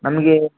ಮಲ್ಲಿಗೆ